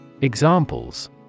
Examples